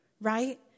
right